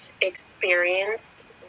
experienced